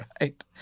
right